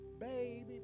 Baby